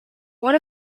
one